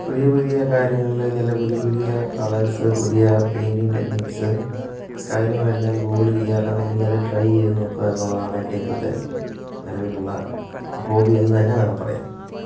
പുതിയ പുതിയ കാര്യങ്ങളിലേക്ക് അല്ലെങ്കിൽ പുതിയ പുതിയ കളേഴ്സ് പുതിയ പെയിന്റിംഗ് ടെക്നിക്സ് കാര്യങ്ങളെല്ലാം ഗൂഗിൾ ചെയ്യാണ് അല്ലെന്നുണ്ടെങ്കിൽ അത് ട്രൈ ചെയ്ത നോക്കുക എന്നുള്ളതാണ് എൻ്റെ ഇപ്പോഴത്തെ നിലവിലുള്ള ഹോബി എന്നുതന്നെ വേണേൽ പറയാം